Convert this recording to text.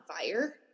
fire